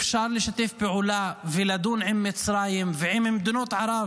אפשר לשתף פעולה ולדון עם מצרים ועם מדינות ערב